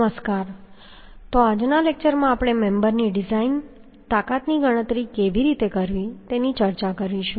નમસ્કાર તો આજના લેક્ચરમાં આપણે મેમ્બર ની ડિઝાઇન તાકાતની ગણતરી કેવી રીતે કરવી તેની ચર્ચા કરીશું